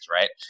right